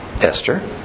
Esther